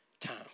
time